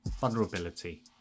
vulnerability